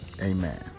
amen